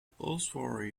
postwar